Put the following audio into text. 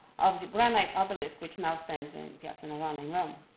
of the granite obelisk which now stands in piazza navona in rome.